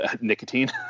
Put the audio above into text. nicotine